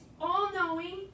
all-knowing